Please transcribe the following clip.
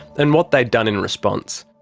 and what they'd done in response.